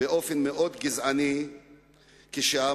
באופן מאוד גזעני כשאמר